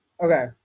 Okay